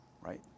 right